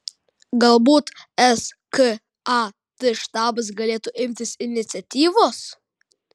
galbūt skat štabas galėtų imtis iniciatyvos